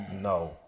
No